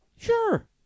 Sure